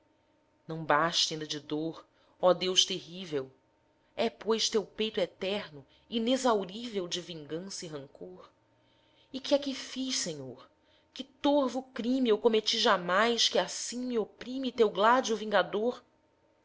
não basta inda de dor ó deus terrível é pois teu peito eterno inexaurível de vingança e rancor e que é que fiz senhor que torvo crime eu cometi jamais que assim me oprime teu gládio vingador